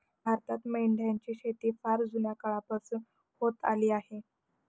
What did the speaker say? भारतात मेंढ्यांची शेती फार जुन्या काळापासून होत आली आहे